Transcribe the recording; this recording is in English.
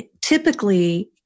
typically